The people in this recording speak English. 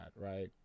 Right